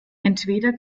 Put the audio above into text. entweder